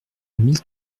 mille